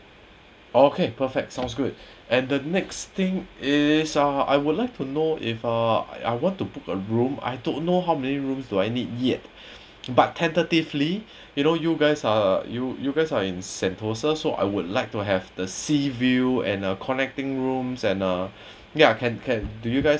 okay perfect sounds good and the next thing is uh I would like to know if uh I want to book a room I don't know how many rooms do I need yet but tentatively you know you guys uh you you guys are in sentosa so I would like to have the sea view and a connecting room and uh ya can can do you guys